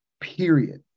period